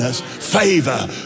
Favor